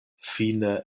fine